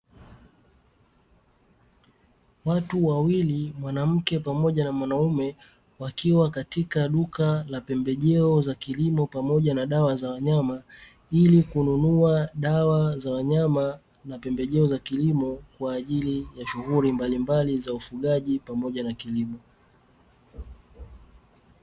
Watu wawili, mwanamke pamoja na mwanaume wakiwa katika duka la pembejeo za kilimo pamoja na dawa za wanyama ili kununua dawa za wanyama na pembejeo za kilimo kwa ajili ya shughuli mbalimbali za ufugaji pamoja na kilimo.